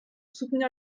soutenir